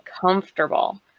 comfortable